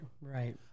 Right